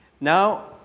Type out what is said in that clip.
Now